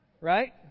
Right